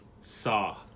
saw